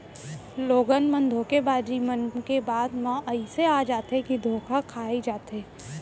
लोगन मन धोखेबाज मन के बात म अइसे आ जाथे के धोखा खाई जाथे